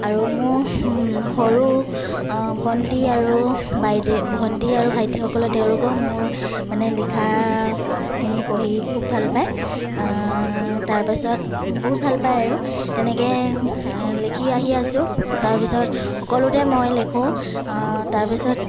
আৰু মোৰ সৰু ভন্টী আৰু বাইদে ভন্টী আৰু ভাইটীসকলে তেওঁলোকেও মোৰ মানে লিখাখিনি পঢ়ি খুব ভাল পায় তাৰ পাছত বহুত ভাল পায় আৰু তেনেকৈ লিখি আহি আছো তাৰ পিছত সকলোতে মই লিখোঁ তাৰ পিছত